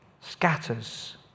Scatters